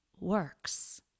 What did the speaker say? works